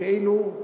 כאילו,